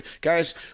guys